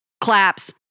claps